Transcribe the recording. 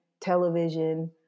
Television